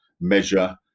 measure